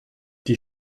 die